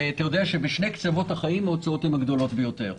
אתה יודע שבשני קצוות החיים ההוצאות הן הגדולות ביותר,